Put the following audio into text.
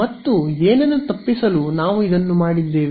ಮತ್ತು ಏನ್ನನ್ನು ತಪ್ಪಿಸಲು ನಾವು ಇದನ್ನು ಮಾಡಿದ್ದೇವೆ